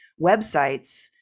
websites